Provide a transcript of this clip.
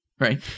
right